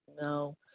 No